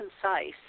concise